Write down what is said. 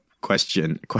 question